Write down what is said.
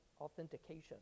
authentication